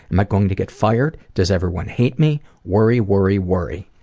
am i going to get fired? does everyone hate me? worry. worry. worry.